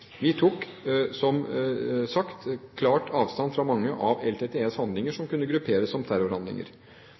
Vi tok, som sagt, klar avstand fra mange av LTTEs handlinger som kunne grupperes som terrorhandlinger.